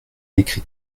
écrit